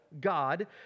God